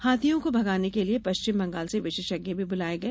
हाथियों को भगाने के लिये पश्चिम बंगाल से विशेषज्ञ भी बुलाए गए